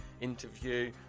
interview